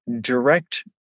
direct